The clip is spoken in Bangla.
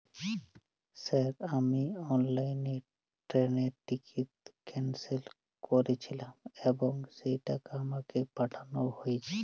স্যার আমি অনলাইনে ট্রেনের টিকিট ক্যানসেল করেছিলাম এবং সেই টাকা আমাকে পাঠানো হয়েছে?